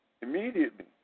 immediately